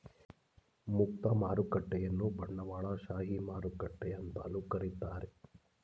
ಮುಕ್ತ ಮಾರುಕಟ್ಟೆಯನ್ನ ಬಂಡವಾಳಶಾಹಿ ಮಾರುಕಟ್ಟೆ ಅಂತಲೂ ಕರೀತಾರೆ